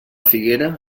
figuera